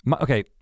okay